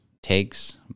takes